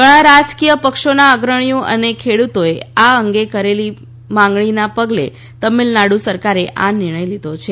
ઘણાં રાજકીય પક્ષોના અગ્રણીઓ અને ખેડૂતોએ આ અંગે કરેલી માગણીના પગલે તમીળનાડુ સરકારે આ નિર્ણય લીધો છે